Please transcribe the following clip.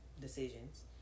decisions